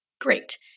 great